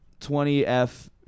20F